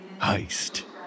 Heist